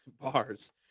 bars